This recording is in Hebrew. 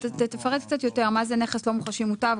תפרט קצת יותר מה זה נכס לא מוחשי מוטב,